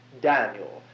Daniel